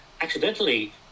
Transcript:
accidentally